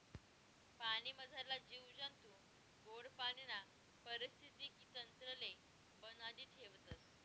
पाणीमझारला जीव जंतू गोड पाणीना परिस्थितीक तंत्रले बनाडी ठेवतस